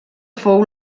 fou